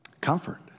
Comfort